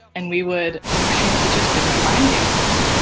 and we would shoot just different line dances